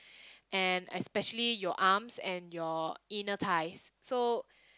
and especially your arms and your inner thighs so